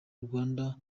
rwanda